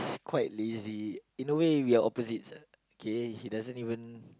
quite lazy in a way we are opposite ah K he doesn't even